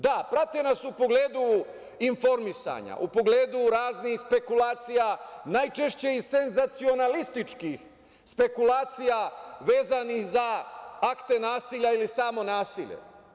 Da, prate nas u pogledu informisanja, u pogledu raznih spekulacija, najčešće i senzacionalističkih spekulacija vezanih za akte nasilja ili samo nasilje.